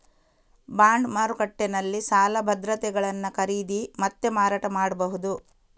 bond ಮಾರುಕಟ್ಟೆನಲ್ಲಿ ಸಾಲ ಭದ್ರತೆಗಳನ್ನ ಖರೀದಿ ಮತ್ತೆ ಮಾರಾಟ ಮಾಡ್ಬಹುದು